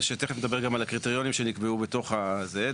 שתכף נדבר גם על הקריטריונים שנקבעו בתוך הזה.